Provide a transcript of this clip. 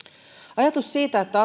ajatus siitä että